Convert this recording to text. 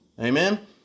Amen